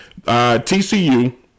tcu